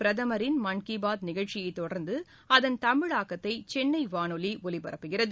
பிரதமரின் மன் கி பாத் நிகழ்ச்சியைத் தொடர்ந்து அதன் தமிழாக்கத்தை சென்னை வானொலி ஒலிபரப்புகிறது